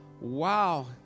Wow